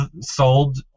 sold